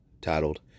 titled